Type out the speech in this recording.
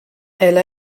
elle